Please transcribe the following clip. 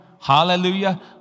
Hallelujah